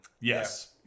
yes